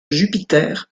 jupiter